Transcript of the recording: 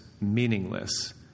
meaningless